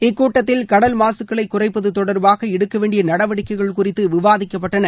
இக்கூட்டத்தில் கடல் மாசுகளை குறைப்பது தொடர்பாக எடுக்க வேண்டிய நடவடிக்கைகள் குறித்து விவாதிக்கப்பட்டது